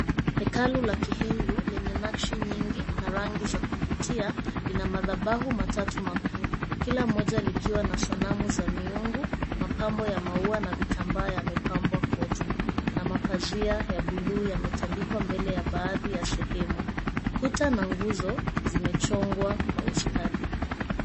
Hekalu la kihindu lenye nakshi nyingi na rangi za kuvutia, lina madhabahu matatu makuu. Kila mmoja likiwa na sanamu za miungu, mapambo ya maua, na vitambaa yamepambwa kote na mapazia ya buluu yametandikwa mbele ya baadhi ya sehemu. Kuta na nguzo zimechongwa kwa ustadi.